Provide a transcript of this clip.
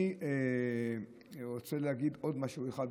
אני רוצה להגיד עוד משהו אחד,